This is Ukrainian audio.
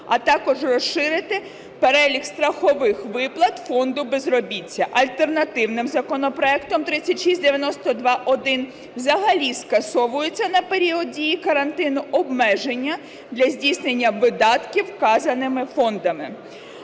а також розширити перелік страхових виплат Фонду безробіття. Альтернативним законопроектом 3692-1 взагалі скасовується на період дії карантину обмеження для здійснення видатків вказаними фондами.